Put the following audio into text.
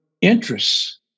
interests